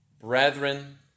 Brethren